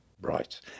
Right